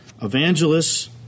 evangelists